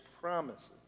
promises